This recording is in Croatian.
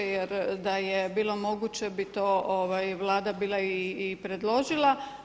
Jer da je bilo moguće bi to Vlada bila i predložila.